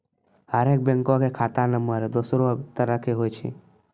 हरेक बैंको के खाता नम्बर दोसरो तरह के होय छै